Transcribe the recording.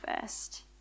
first